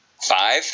Five